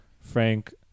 frank